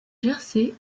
jersey